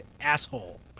asshole